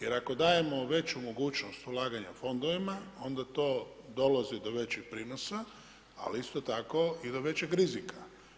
Jer ako dajemo veću mogućnost ulaganja u fondovima, onda to dolazi do većih prinosa, ali isto tako i do većeg rizika.